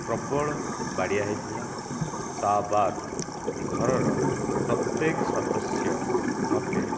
ପ୍ରବଳ ବାଡ଼ିଆ ହେଇଥିଲା ତା'ବାଦ୍ ଘରର ପ୍ରତ୍ୟେକ ସଦସ୍ୟ ମୋତେ